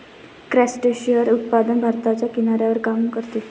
crustacean उत्पादन भारताच्या किनाऱ्यावर काम करते